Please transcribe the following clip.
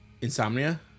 Insomnia